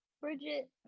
Bridget